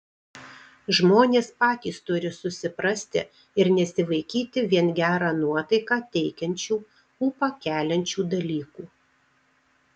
žmonės patys turi susiprasti ir nesivaikyti vien gerą nuotaiką teikiančių ūpą keliančių dalykų